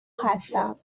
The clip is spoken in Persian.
هستم